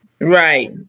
Right